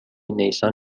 نیسان